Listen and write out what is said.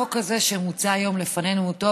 החוק הזה שמוצג היום לפנינו הוא טוב,